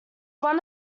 one